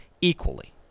equally